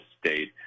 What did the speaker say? state